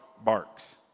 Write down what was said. barks